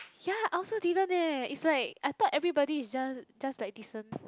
ya I also didn't eh it's like I thought everybody is just just like decent